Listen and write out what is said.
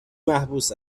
محبوس